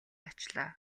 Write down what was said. очлоо